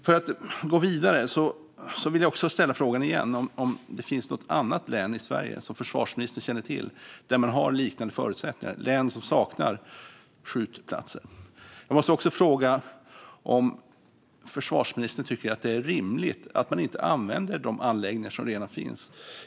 För att gå vidare vill jag också återigen ställa frågan om det såvitt försvarsministern känner till finns något annat län i Sverige där man har liknande förutsättningar - ett län som saknar skjutplatser. Jag måste också fråga om försvarsministern tycker att det är rimligt att man inte använder de anläggningar som redan finns.